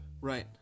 Right